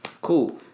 Cool